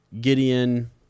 Gideon